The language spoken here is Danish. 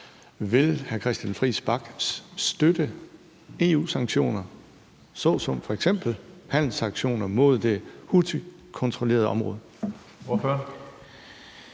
Vil hr. Christian Friis Bach støtte EU-sanktioner såsom f.eks. handelssanktioner mod det houthikontrollerede område?